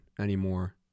anymore